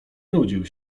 nudził